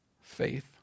Faith